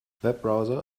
webbrowser